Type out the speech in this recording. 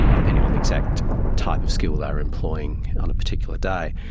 ah depending on the exact type of skill they were employing on a particular day.